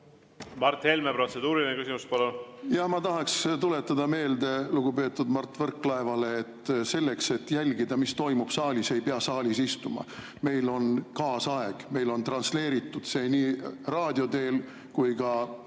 Mart Helme, protseduuriline küsimus, palun! Ma tahaks tuletada meelde lugupeetud Mart Võrklaevale, et saalis toimuva jälgimiseks ei pea saalis istuma. Meil on kaasaeg, meil on transleeritud see nii raadio teel kui ka